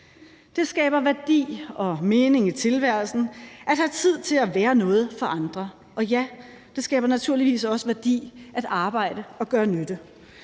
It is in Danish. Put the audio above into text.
Det skaber værdi og mening i tilværelsen at have tid til at være noget for andre. Og ja, det skaber naturligvis også værdi at arbejde og gøre nytte,